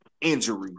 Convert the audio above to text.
injury